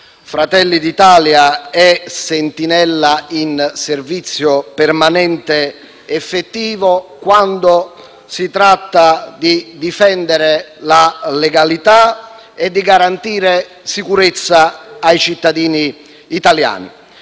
Fratelli d'Italia è sentinella in servizio permanente effettivo quando si tratta di difendere la legalità e di garantire sicurezza ai cittadini italiani.